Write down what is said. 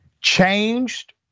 changed